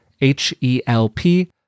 H-E-L-P